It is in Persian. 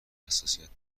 حساسیت